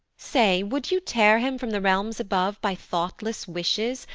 say would you tear him from the realms above by thoughtless wishes,